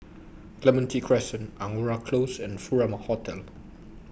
Clementi Crescent Angora Close and Furama Hotel